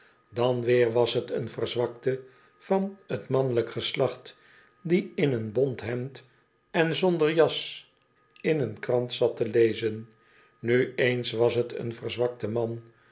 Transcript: dan weer was t een verzwakte van t mannelijk geslacht die in een bont hemd en zonder jas in een krant zat te lezen nu eens was t een verzwakte man